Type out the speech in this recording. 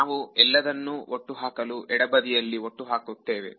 ನಾವು ಎಲ್ಲದನ್ನು ಒಟ್ಟು ಹಾಕಲು ಎಡಬದಿಯಲ್ಲಿ ಒಟ್ಟುಹಾಕುತ್ತೇವೆ